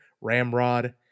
Ramrod